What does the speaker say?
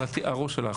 על הראש שלך